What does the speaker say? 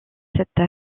cette